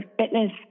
fitness